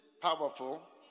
powerful